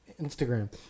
Instagram